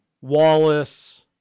Wallace